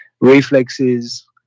Reflexes